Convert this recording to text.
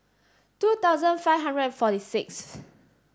two thousand five hundred and forty sixth